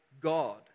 God